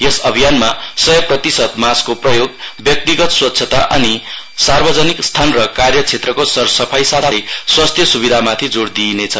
यस अभियानमा सय प्रतिशत मास्कको प्रयोग व्यक्तिगत स्वच्छता अनि सार्वजनिक स्थान र कार्य क्षेत्रको सरसफाई साथै स्वास्थ्य सुविधामाथि जोड़ दिइनेछ